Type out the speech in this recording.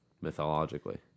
mythologically